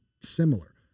similar